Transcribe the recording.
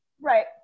right